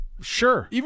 Sure